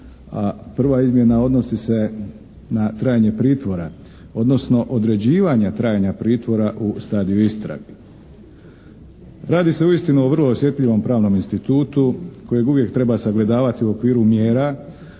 prva izmjena odnosi se na trajanje pritvora. Odnosno određivanja trajanja pritvora u stadiju istrage. Radi se uistinu o vrlo osjetljivom pravnom institutu kojeg uvijek treba sagledavati u okviru mjera